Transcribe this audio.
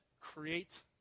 create